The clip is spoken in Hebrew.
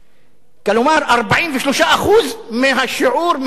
43% מהשיעור שלהם,